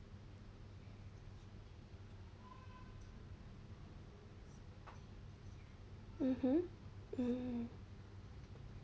mmhmm mm